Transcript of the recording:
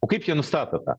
o kaip jie nustato tą